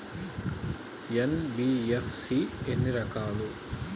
NBFC ఎన్ని రకాలు?